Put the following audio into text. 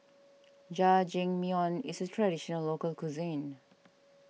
Jajangmyeon is a Traditional Local Cuisine